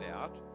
out